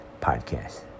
podcast